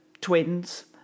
twins